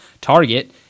Target